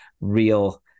real